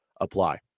apply